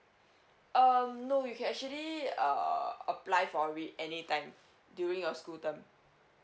um no you can actually uh apply for it anytime during your school term